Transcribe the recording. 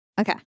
Okay